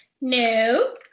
No